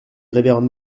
révérende